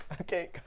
Okay